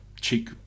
cheek